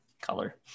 color